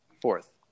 Fourth